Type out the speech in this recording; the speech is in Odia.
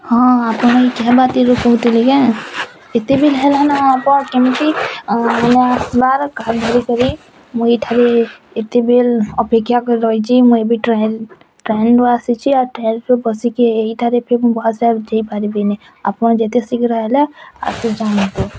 ହଁ ଆପଣ କହୁଥିଲେ କି କେତେବେଳ ହେଲାନ ଆପଣ କେମିତି ମାନେ ମୁଇଁ ଏଠାରେ ଏତେବେଳ୍ ଅପେକ୍ଷା କରି ରହିଛି ମୁଁ ଏବେ ଟ୍ରାଭେଲ୍ରେ ଆସିଛି ଆଉ ଟ୍ରାଭେଲ୍ ବସିକି ଏଇଠାରେ ଫିର୍ ବସ୍ରେ ଆଉ ଯାଇପାରିବିନି ଆପଣ ଯେତେ ଶୀଘ୍ର ହେଲା ଆସିକି ପହଞ୍ଚନ୍ତୁ